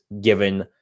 given